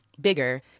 bigger